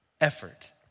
effort